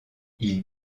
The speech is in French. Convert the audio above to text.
ils